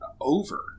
over